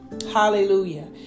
hallelujah